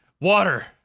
water